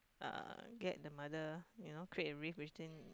uh get the mother you know create a riff between